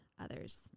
others